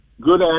good